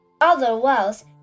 otherwise